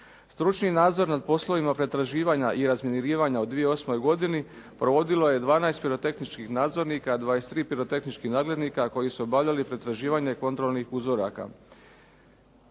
Stručni nadzor nad poslovima pretraživanja i razminiranja u 2008. godini provodilo je 12 pirotehničkih nadzornika, 23 pirotehničkih nadglednika koji su obavljali pretraživanje kontrolnih uzoraka.